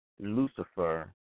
Lucifer